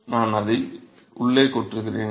நான் அதை உள்ளே கொட்டுகிறேன்